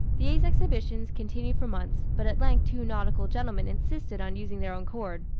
these exhibitions continued for months but at length two nautical gentlemen insisted on using their own cord,